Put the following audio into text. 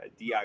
diy